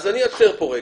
יפה, אז אני עוצר פה רגע.